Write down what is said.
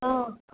हा